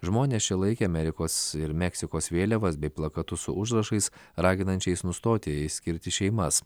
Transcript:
žmonės čia laikė amerikos ir meksikos vėliavas bei plakatus su užrašais raginančiais nustoti išskirti šeimas